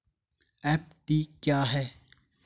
FD क्या है?